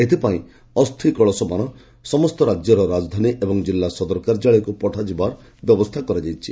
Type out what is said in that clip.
ଏଥିପାଇଁ ଅସ୍ତି କଳସମାନ ସବୁ ରାଜ୍ୟର ରାଜଧାନୀ ଏବଂ ଜିଲ୍ଲା ସଦର କାର୍ଯ୍ୟାଳୟକୁ ପଠାଯିବାର ବ୍ୟବସ୍ଥା କରାଯାଇଛି